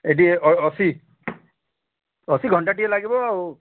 ଏଇଠି ଅଶୀ ଅଶୀ ଘଣ୍ଟା ଟିଏ ଲାଗିବ ଆଉ